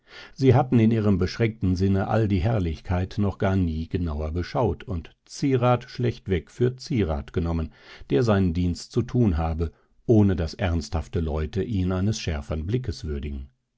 sie hatten in ihrem beschränkten sinne all die herrlichkeit noch gar nie genauer beschaut und zierat schlechtweg für zierat genommen der seinen dienst zu tun habe ohne daß ernsthafte leute ihn eines schärfern blickes würdigen